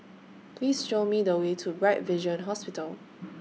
Please Show Me The Way to Bright Vision Hospital